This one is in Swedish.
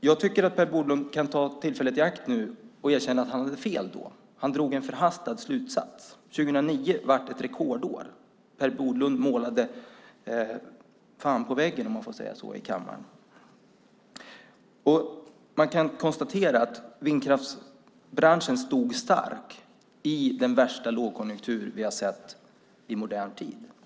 Jag tycker att Per Bolund ska ta tillfället i akt och erkänna att han hade fel då. Han drog en förhastad slutsats. År 2009 blev ett rekordår. Per Bolund målade fan på väggen, om man får säga så i kammaren. Man kan konstatera att vindkraftsbranschen stod stark i den värsta lågkonjunktur vi har sett i modern tid. Fru talman!